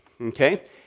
okay